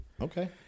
okay